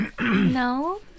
No